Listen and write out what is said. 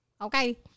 Okay